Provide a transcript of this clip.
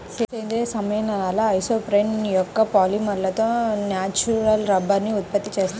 సేంద్రీయ సమ్మేళనాల ఐసోప్రేన్ యొక్క పాలిమర్లతో న్యాచురల్ రబ్బరుని ఉత్పత్తి చేస్తున్నారు